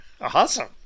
Awesome